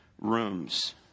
rooms